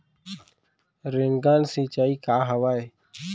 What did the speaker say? Rain gun सिंचाई का हवय?